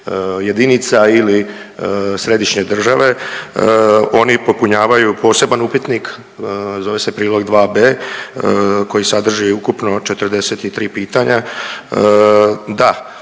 jedinica ili središnje države. Oni popunjavaju poseban upitnik, zove se prilog dva b koji sadrži ukupno 43 pitanja. Da,